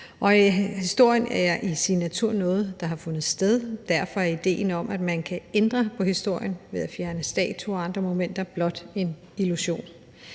Historien er i sin natur noget, der har fundet sted, og derfor er idéen om, at man kan ændre på historien ved at fjerne statuer og andre monumenter, blot en illusion.